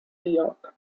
york